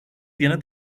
tiene